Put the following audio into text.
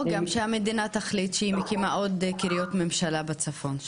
או שהממשלה תחליט שהיא מקימה עוד קריות ממשלה בצפון,